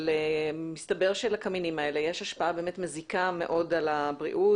אבל מסתבר שלקמינים האלה יש השפעה מזיקה מאוד על הבריאות,